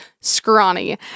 scrawny